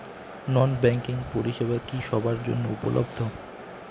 নন banking পরিষেবা কি সবার জন্য উপলব্ধ?